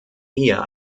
eher